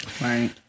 right